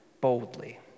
boldly